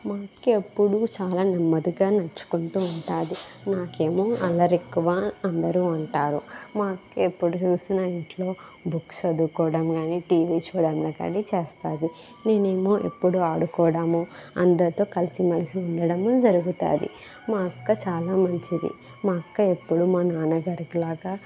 మా అక్క ఎప్పుడు చాలా నెమ్మదిగా నడుచుకుంటూ ఉంటుంది నాకేమో అల్లరి ఎక్కువ అందరు అంటారు మా అక్క ఎప్పుడు చూసిన ఇంట్లో బుక్స్ చదువుకోవడం కానీ టీవీ చూడడం కానీ చేస్తుంది నేనేమో ఎప్పుడు ఆడుకోవడము అందరితో కలిసి మెలిసి ఉండడము జరుగుతుంది మా అక్క చాలా మంచిది మా అక్క ఎప్పుడు మా నాన్నగారిలాగా